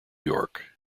york